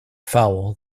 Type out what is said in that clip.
foul